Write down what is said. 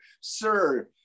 sir